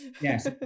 Yes